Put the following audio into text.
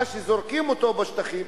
שזורקים אותו בשטחים,